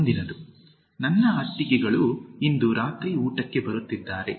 ಮುಂದಿನದು 2 ನನ್ನ ಅತ್ತಿಗೆಗಳು ಇಂದು ರಾತ್ರಿ ಊ ಟಕ್ಕೆ ಬರುತ್ತಿದ್ದಾರೆ